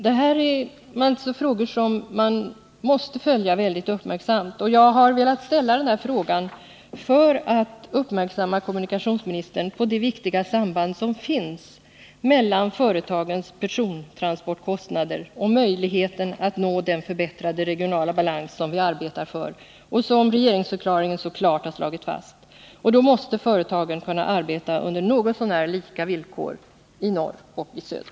Det här är frågor som man måste följa mycket uppmärksamt, och jag har velat ställa den här frågan för att göra kommunikationsministern uppmärksam på det viktiga samband som finns mellan företagens persontransportkostnader och möjligheten att nå den förbättrade regionala balans som vi arbetar för och som regeringsförklaringen så klart har slagit fast att vi eftersträvar. Då måste företagen kunna arbeta under något så när lika villkor i norr och i söder.